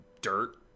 dirt